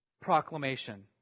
proclamation